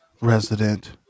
resident